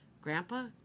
Grandpa